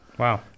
Wow